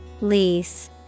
Lease